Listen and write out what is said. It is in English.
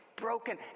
broken